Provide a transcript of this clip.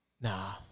Nah